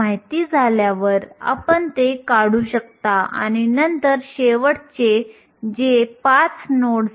वाहक बँडच्या वरच्या भागाला सहसा Ec χ असे दर्शविले जाते जेथे χ हे इलेक्ट्रॉन संबंध आहे